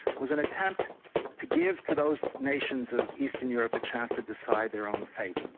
was an attempt to give to those nations of eastern europe a chance to decide their own fate.